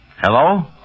Hello